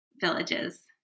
villages